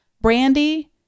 Brandy